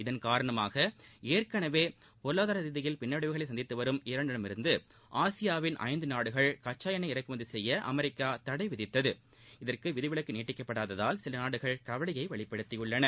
இதன் காரணமாக ஏற்கெனவே பொருளாதார ரீதியில் பின்னடைவுகளை சந்தித்து வரும் ஈராளிடமிருந்து ஆசியாவின் ஐந்து நாடுகள் கச்சா எண்ணெய் இறக்குமதி செய்ய அமெரிக்கா தடை விதித்தது இதற்கு விதிவிலக்கு நீடிக்கப்படாததால் சில நாடுகள் கவலையை வெளிப்படுத்தியுள்ளன